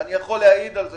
ואני יכול להעיד על כך.